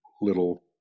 little